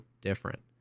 different